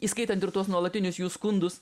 įskaitant ir tuos nuolatinius jų skundus